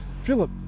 Philip